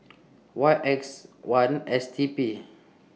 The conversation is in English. Y X one S T P